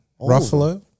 Ruffalo